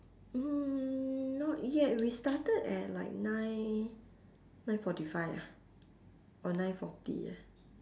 mm not yet we started at like nine nine forty five ah or nine forty ah